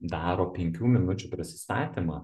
daro penkių minučių prisistatymą